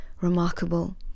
remarkable